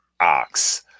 Ox